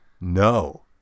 No